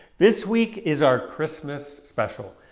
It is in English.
this week is our christmas special!